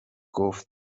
گفت